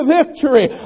victory